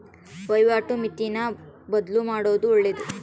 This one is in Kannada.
ವಹಿವಾಟು ಮಿತಿನ ಬದ್ಲುಮಾಡೊದು ಒಳ್ಳೆದು